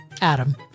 Adam